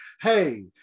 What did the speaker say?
hey